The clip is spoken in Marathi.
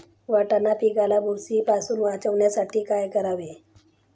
वाटाणा पिकाला बुरशीपासून वाचवण्यासाठी काय करावे?